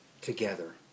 together